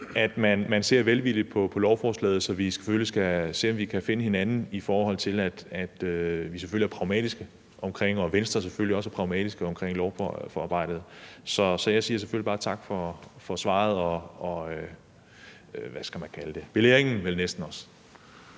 at man ser velvilligt på lovforslaget, så vi selvfølgelig skal se, om vi kan finde hinanden, i forhold til at vi selvfølgelig er pragmatiske og Venstre også er pragmatiske omkring lovforarbejdet. Så jeg siger selvfølgelig bare tak for svaret og, hvad skal man kalde det, vel næsten også